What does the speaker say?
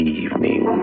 evening